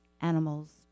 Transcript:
animals